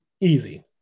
Easy